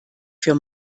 für